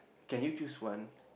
can you choose one